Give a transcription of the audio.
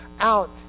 out